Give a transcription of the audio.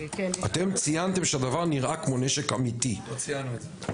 אתם ציינתם שהדבר נראה כמו נשק אמיתי --- לא ציינו את זה.